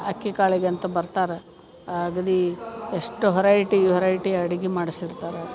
ಅಕ್ಕಿಕಾಳಿಗಂತ ಬರ್ತಾರೆ ಅಗದಿ ಎಷ್ಟು ಹೊರೈಟಿ ಹೊರೈಟಿ ಅಡ್ಗೆ ಮಾಡ್ಸಿರ್ತಾರೆ